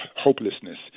hopelessness